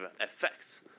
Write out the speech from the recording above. effects